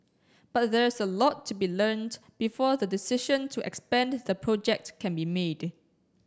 but there's a lot to be learnt before the decision to expand the project can be made